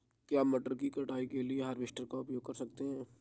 क्या मटर की कटाई के लिए हार्वेस्टर का उपयोग कर सकते हैं?